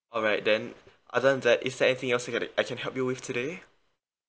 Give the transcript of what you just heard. alright then other than that is there anything else I c~ I can help you with today